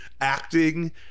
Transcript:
acting